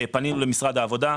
פנינו למשרד העבודה.